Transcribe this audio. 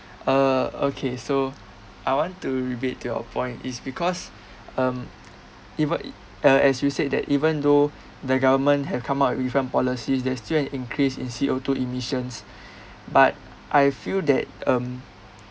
err okay so I want to rebate to your point is because um even i~ uh as you said that even though the government have come up with different policies there's still an increase in C_O two emissions but I feel that um